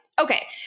okay